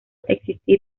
existir